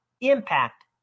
impact